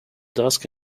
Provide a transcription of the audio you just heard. dusk